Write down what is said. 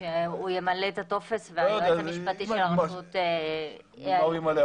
שהוא ימלא את הטופס והיועץ המשפטי של הרשות --- לא יודע מה הוא ימלא.